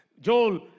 Joel